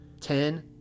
Ten